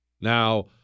Now